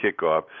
kickoff